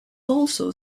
also